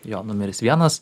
jo numeris vienas